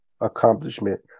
accomplishment